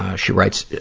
ah she writes,